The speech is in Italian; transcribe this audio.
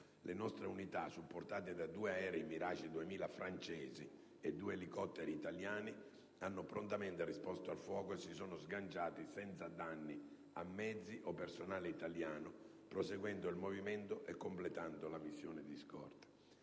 Le nostre unità, supportate da due aerei Mirage 2000 francesi e due elicotteri italiani, hanno prontamente risposto al fuoco e si sono sganciati senza danni a mezzi o personale italiano, proseguendo il movimento e completando la missione di scorta.